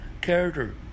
character